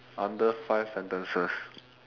under five sentences